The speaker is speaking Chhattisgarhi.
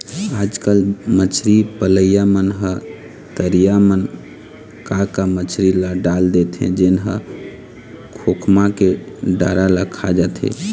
आजकल मछरी पलइया मन ह तरिया म का का मछरी ल डाल देथे जेन ह खोखमा के डारा ल खा जाथे